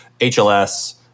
HLS